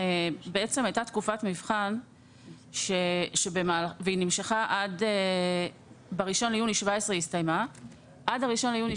הייתה תקופת מבחן והיא הסתיימה ב-1 ביוני 2017. עד ה-1 ביוני